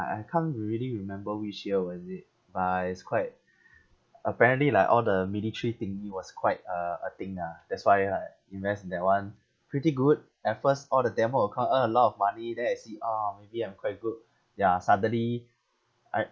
I can't really remember which year was it but it's quite apparently like all the military thingy was quite uh a thing ah that's why I invest in that [one] pretty good at first all the demo account earn a lot of money then I see ah maybe I'm quite good ya suddenly I